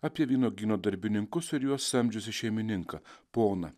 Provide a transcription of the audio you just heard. apie vynuogyno darbininkus ir juos samdžiusį šeimininką poną